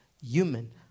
human